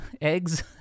eggs